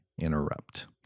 interrupt